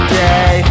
day